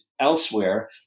elsewhere